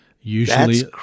usually